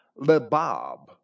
lebab